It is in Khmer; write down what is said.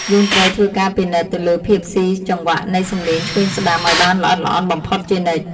យើងត្រូវធ្វើការពិនិត្យទៅលើភាពស៊ីចង្វាក់នៃសំឡេងឆ្វេងស្ដាំឱ្យបានល្អិតល្អន់បំផុតជានិច្ច។